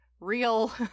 real